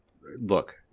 look